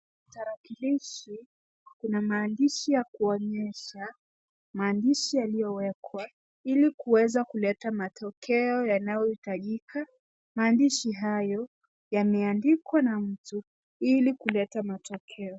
Tarakilishi, ina maandishi ya kuonyesha maandishi yaliowekwa ili kuweza kuleta matokeo yanayohitajika. Maandishi hayo yameandikwa na mtu ili kuleta matokeo.